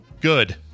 good